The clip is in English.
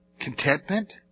contentment